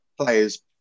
players